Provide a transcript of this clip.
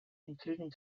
including